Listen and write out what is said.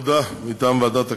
הודעה מטעם ועדת הכנסת.